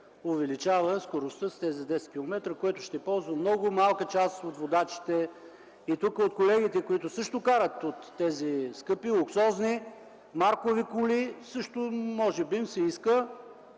увеличава скоростта с 10 км, което ще ползва много малка част от водачите. Тук на колегите, които карат от тези скъпи, луксозни, маркови коли, също може би им се иска.